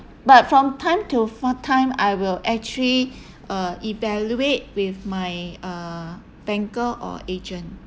but from time to fo~ time I will actually uh evaluate with my uh banker or agent